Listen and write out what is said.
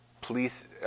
police